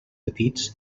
petits